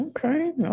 Okay